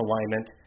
alignment